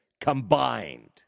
combined